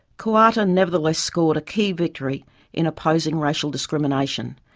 koowarta nevertheless scored a key victory in opposing racial discrimination.